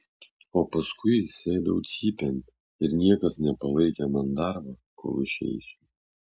o paskui sėdau cypėn ir niekas nepalaikė man darbo kol išeisiu